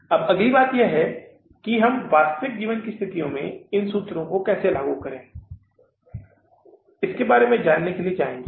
अब अगली बात यह है कि हम वास्तविक जीवन की स्थिति में इन सूत्रों को कैसे लागू करें इसके बारे में जानने के लिए जाएंगे